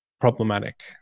problematic